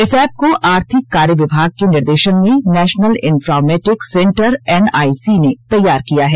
इस ऐप को आर्थिक कार्य विभाग के निर्देशन में national informatic centre N I C ने तैयार किया है